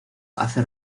hace